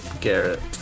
Garrett